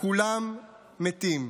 כולם מתים.